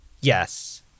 Yes